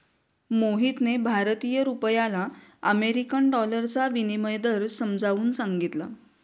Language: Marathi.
मोहितने भारतीय रुपयाला अमेरिकन डॉलरचा विनिमय दर समजावून सांगितला